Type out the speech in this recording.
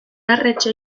arretxe